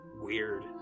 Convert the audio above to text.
Weird